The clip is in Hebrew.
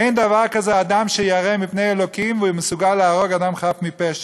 אין דבר כזה אדם שירא מפני אלוקים והוא מסוגל להרוג אדם חף מפשע,